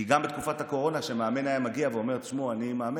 כי גם בתקופת הקורונה כשמאמן היה מגיע ואומר שהוא מאמן,